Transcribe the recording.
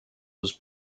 was